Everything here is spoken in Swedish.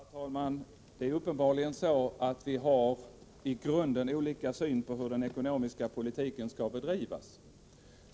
Herr talman! Det är uppenbarligen så, att vi har i grunden olika syn på hur den ekonomiska politiken skall bedrivas.